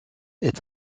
est